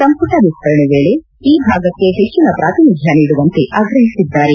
ಸಂಪುಟ ವಿಸ್ತರಣೆ ವೇಳೆ ಈ ಭಾಗಕ್ಕೆ ಹೆಚ್ಚಿನ ಪ್ರಾತಿನಿಧ್ದ ನೀಡುವಂತೆ ಆಗ್ರಹಿಸಿದ್ದಾರೆ